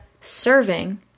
serving